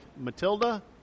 Matilda